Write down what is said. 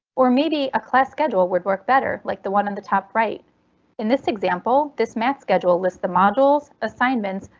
or maybe a class schedule would work better, like the one on the top right in this example. this math schedule list the modules, assignments,